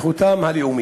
אתה לא משלם.